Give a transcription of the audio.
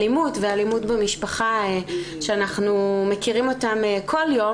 אלימות ואלימות במשפחה שאנחנו מכירים אותם כל יום,